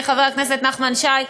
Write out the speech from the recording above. חבר הכנסת נחמן שי,